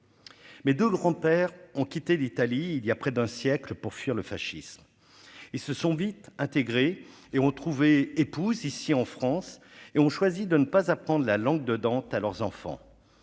mais 2 grands-pères ont quitté l'Italie il y a près d'un siècle pour fuir le fascisme, ils se sont vite intégrés et ont trouvé épouse ici en France et ont choisi de ne pas à prendre la langue de Dante à leurs enfants